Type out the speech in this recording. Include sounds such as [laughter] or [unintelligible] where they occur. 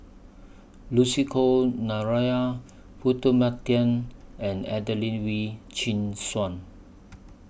Lucy Koh [unintelligible] and Adelene Wee Chin Suan